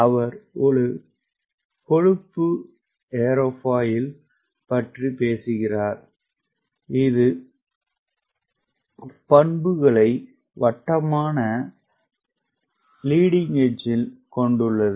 அவர் ஒரு கொழுப்பு ஏரோஃபாயில் பற்றி பேசுகிறார் இது பண்புகளை வட்டமான லீடிங் எட்ஜ் ல் கொண்டுள்ளது